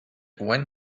when